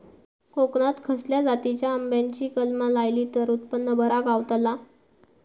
कोकणात खसल्या जातीच्या आंब्याची कलमा लायली तर उत्पन बरा गावताला?